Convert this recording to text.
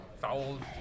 fouled